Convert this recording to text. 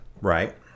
Right